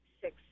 six